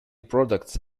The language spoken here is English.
products